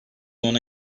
ona